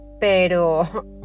pero